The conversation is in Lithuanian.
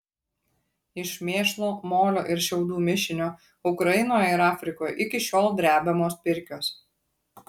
iš mėšlo molio ir šiaudų mišinio ukrainoje ir afrikoje iki šiol drebiamos pirkios